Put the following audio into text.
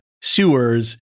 sewers